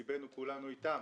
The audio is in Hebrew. לב כולנו איתם,